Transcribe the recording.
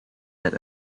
that